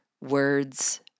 words